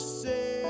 say